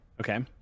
Okay